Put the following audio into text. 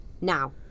Now